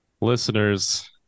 Listeners